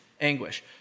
Anguish